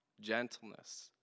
gentleness